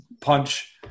punch